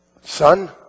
Son